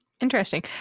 Interesting